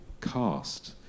cast